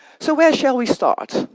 so where shall we start?